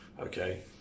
okay